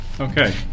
Okay